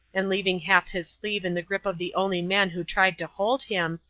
and leaving half his sleeve in the grip of the only man who tried to hold him,